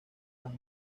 las